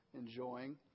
enjoying